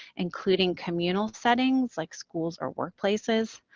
including communal settings like schools or workplaces,